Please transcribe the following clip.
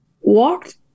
walked